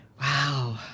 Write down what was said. Wow